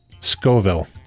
Scoville